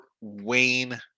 Wayne